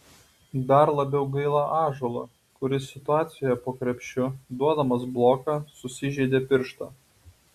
dar labiau gaila ąžuolo kuris situacijoje po krepšiu duodamas bloką susižeidė pirštą